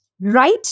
Right